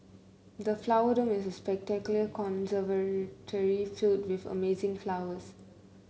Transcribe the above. the Flower Dome is a spectacular conservatory filled with amazing flowers